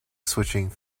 switching